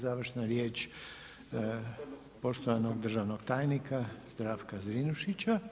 Završna riječ poštovanog državnog tajnika Zdravka Zrinušića.